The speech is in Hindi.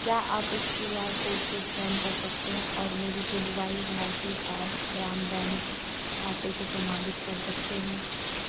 क्या आप इस क्यू आर कोड को स्कैन कर सकते हैं और मेरे पुडुवाई भारतीय आर ग्राम बैंक खाते को प्रमाणित कर सकते हैं